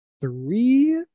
three